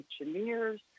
Engineers